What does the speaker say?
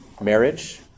marriage